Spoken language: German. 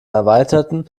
erweiterten